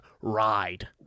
ride